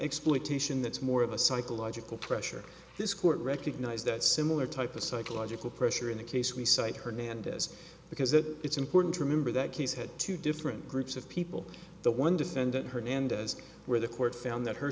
that's more of a psychological pressure this court recognized that similar type of psychological pressure in the case we cite hernandez because that it's important to remember that case had two different groups of people the one defendant hernandez where the court found that her